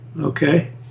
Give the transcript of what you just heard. Okay